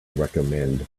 recommend